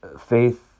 faith